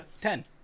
Ten